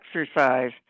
exercise